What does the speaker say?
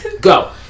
Go